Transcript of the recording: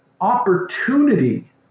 opportunity